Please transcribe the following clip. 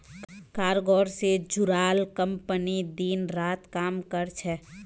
cargo से जुड़ाल company दिन रात काम कर छे